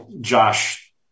Josh